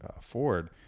Ford